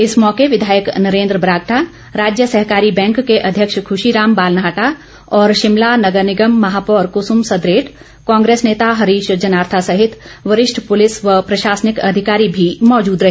इस मौके विधायक नरेंद्र बरागटा राज्य सहकारी बैंक के अध्यक्ष खुशी राम बालनाहटा और शिमला नगर निगम महापौर कुसुम सदरेट कांग्रेस नेता हरीश जनारथा सहित वरिष्ठ पुलिस व प्रशासनिक अधिकारी भी मौजुद रहे